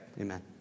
amen